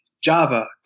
Java